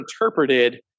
interpreted